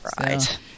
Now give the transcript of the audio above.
right